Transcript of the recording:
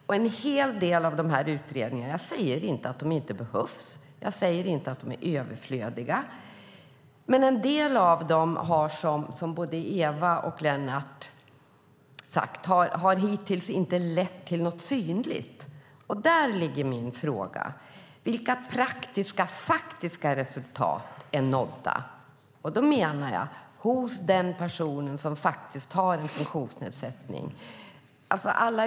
Jag säger inte att dessa utredningar inte behövs eller att de är överflödiga, men som både Eva Olofsson och Lennart Axelsson har sagt har en del av dem hittills inte lett till något synligt. Det är min fråga: Vilka praktiska och faktiska resultat är nådda? Då menar jag hos en person som faktiskt har en funktionsnedsättning.